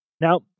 Now